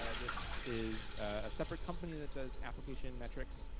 ah this is a separate company that does application metrics,